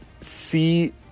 see